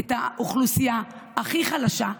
את האוכלוסייה הכי חלשה,